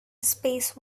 space